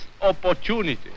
opportunity